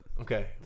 Okay